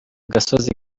gasozi